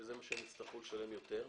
שזה מה שהם יצטרכו לשלם יותר.